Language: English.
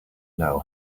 know